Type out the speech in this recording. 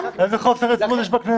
איזה חוסר יציבות יש בכנסת?